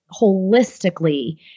holistically